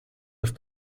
have